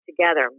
together